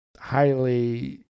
highly